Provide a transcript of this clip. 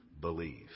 believe